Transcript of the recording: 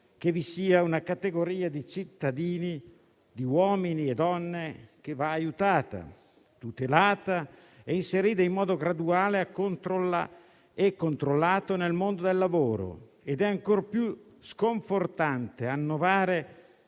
che vi sia una categoria di cittadini, di uomini e donne, che va aiutata, tutelata e inserita in modo graduale e controllato nel mondo del lavoro ed è ancora più sconfortante annoverare